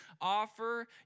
Offer